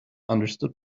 understood